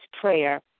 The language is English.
prayer